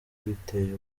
biteye